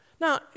Now